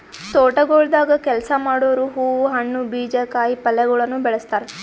ತೋಟಗೊಳ್ದಾಗ್ ಕೆಲಸ ಮಾಡೋರು ಹೂವು, ಹಣ್ಣು, ಬೀಜ, ಕಾಯಿ ಪಲ್ಯಗೊಳನು ಬೆಳಸ್ತಾರ್